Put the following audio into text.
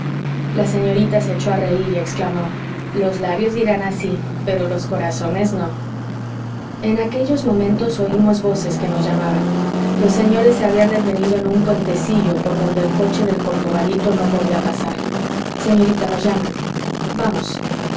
la señorita se echó a reir y exclamó los labios dirán así pero los corazones no en aquellos momentos oímos voces que nos llamaban los señores se habían detenido en un puentecillo por donde el coche del corcovadito no podía pasar señorita nos llaman vamos